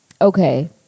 Okay